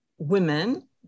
women